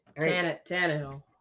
Tannehill